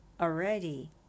already